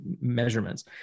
measurements